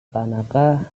tanaka